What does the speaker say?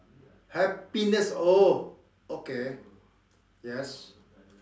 happiness oh okay yes